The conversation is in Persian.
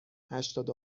هشتاد